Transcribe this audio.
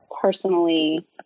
personally